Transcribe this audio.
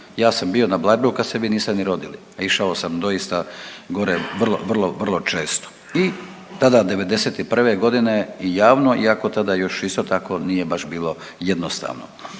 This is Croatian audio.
Ja sam bio na Bleiburgu kad se vi niste ni rodili. Išao sam doista gore vrlo, vrlo često i tada, '91. g., javno iako tada još isto tako, nije baš bilo jednostavno.